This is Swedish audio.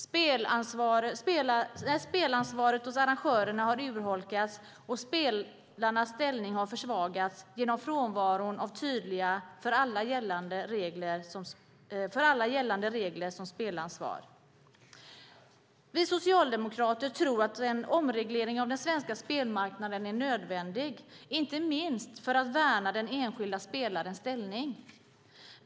Spelansvaret hos arrangörerna har urholkats, och spelarnas ställning har försvagats genom frånvaron av tydliga och för alla gällande regler om spelansvar. Vi socialdemokrater tror att en omreglering av den svenska spelmarknaden är nödvändig, inte minst för att värna den enskilda spelarens ställning.